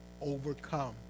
overcome